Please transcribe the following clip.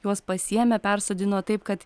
juos pasiėmė persodino taip kad